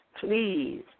please